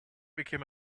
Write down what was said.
became